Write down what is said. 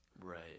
Right